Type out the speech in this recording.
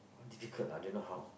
all difficult I don't know how